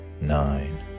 nine